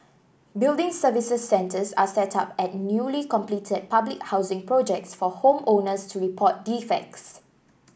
building services centres are set up at newly completed public housing projects for home owners to report defects